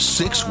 six